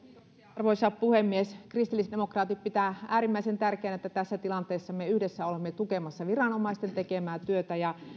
arvoisa puhemies kristillisdemokraatit pitävät äärimmäisen tärkeänä että tässä tilanteessa me olemme yhdessä tukemassa viranomaisten tekemää työtä ja